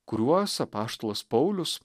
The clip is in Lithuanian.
kuriuos apaštalas paulius